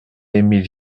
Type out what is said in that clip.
émile